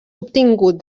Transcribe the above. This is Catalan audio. obtingut